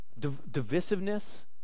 Divisiveness